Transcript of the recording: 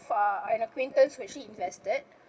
uh an acquaintance who actually invested